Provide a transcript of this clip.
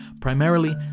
Primarily